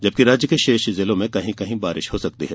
जबकि राज्य के शेष जिलों में कहीं कहीं वर्षा हो सकती है